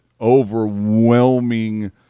overwhelming